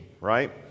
right